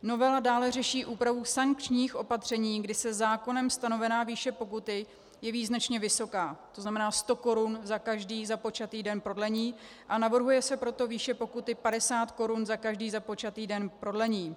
Novela dále řeší úpravu sankčních opatření, kdy se zákonem stanovená výše pokuty jeví značně vysoká, to znamená 100 korun za každý započatý den prodlení, a navrhuje se proto výše pokuty 50 korun za každý započatý den prodlení.